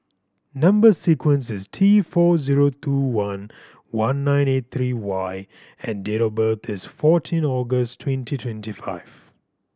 number sequence is T four zero two one one nine eight three Y and date of birth is fourteen August twenty twenty five